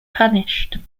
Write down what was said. punished